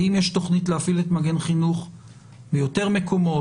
האם יש תוכנית להפעיל את תוכנית מגן חינוך ביותר מקומות?